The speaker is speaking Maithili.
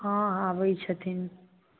हँ हँ आबैत छथिन